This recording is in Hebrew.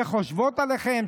שחושבות עליכן,